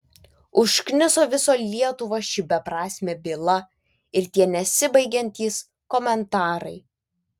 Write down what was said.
užkniso visą lietuvą ši beprasmė byla ir tie nesibaigiantys komentarai